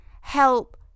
help